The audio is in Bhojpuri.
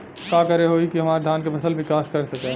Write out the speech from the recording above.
का करे होई की हमार धान के फसल विकास कर सके?